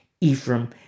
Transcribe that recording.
Ephraim